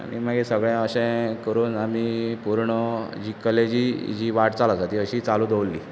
आनी मागीर सगळें अशे करून आनी पुर्ण कलेची जी वाटचाल आसा ती अशीच चालू दवरली